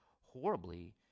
horribly